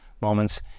moments